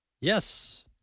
yes